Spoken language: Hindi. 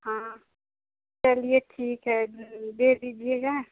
हाँ चलिए ठीक है दे दीजिएगा